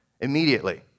immediately